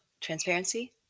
transparency